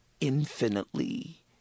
infinitely